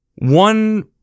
One